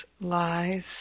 lies